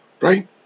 right